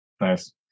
nice